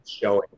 showing